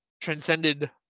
transcended